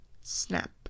snap